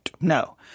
No